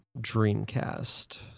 Dreamcast